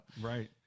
Right